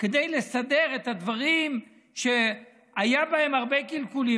כדי לסדר את הדברים שהיו בהם הרבה קלקולים.